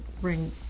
bring